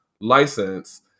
license